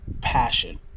passion